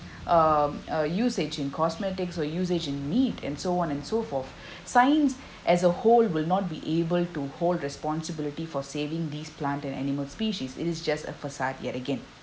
um uh usage in cosmetics or usage in meat and so on and so forth science as a whole will not be able to hold responsibility for saving these plant and animal species it is just a facade yet again